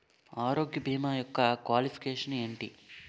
ఆరోగ్య భీమా యెక్క క్వాలిఫికేషన్ ఎంటి?